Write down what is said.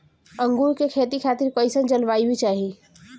अंगूर के खेती खातिर कइसन जलवायु चाही?